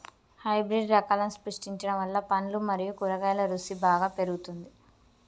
hybrid రకాలను సృష్టించడం వల్ల పండ్లు మరియు కూరగాయల రుసి బాగా పెరుగుతుంది